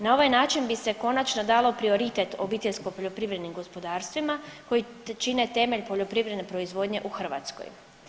Na ovaj način bi se konačno dalo prioritet obiteljsko poljoprivrednim gospodarstvima koji čine temelj poljoprivredne proizvodnje u Hrvatskoj.